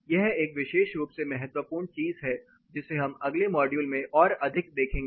यह एक विशेष रूप से महत्वपूर्ण चीज है जिसे हम अगले मॉड्यूल में और अधिक देखेंगे